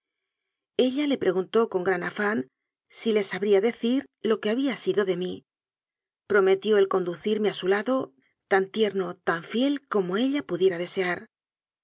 felicidadella le preguntó con gran afán si le sabría decir lo que había sido de mí prometió el conducirme a su lado tan tierno tan fiel como ella pudiera de